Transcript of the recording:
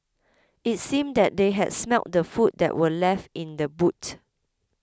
it seemed that they had smelt the food that were left in the boot